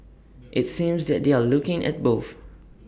IT seems that they're looking at both